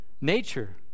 Nature